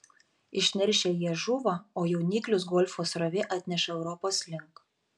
išneršę jie žūva o jauniklius golfo srovė atneša europos link